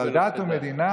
אבל על דת ומדינה,